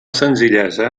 senzillesa